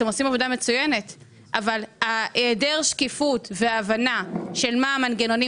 אתם עושים עבודה מצוינת אבל היעדר שקיפות והבנה של מה המנגנונים